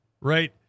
right